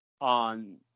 on